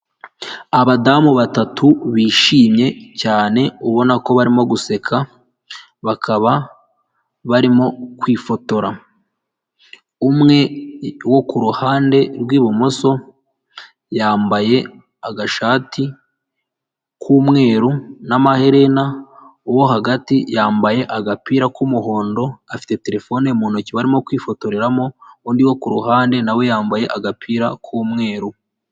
Abadamu batatu bishimye cyane ubona ko barimo guseka, bakaba barimo kwifotora, umwe wo ku ruhande rw'ibumoso, yambaye agashati k'umweru n'amaherena, uwo hagati yambaye agapira k'umuhondo afite telefone mu ntoki barimo kwifotoreramo, undi wo ku ruhande nawe yambaye agapira k'umweru.